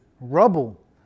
rubble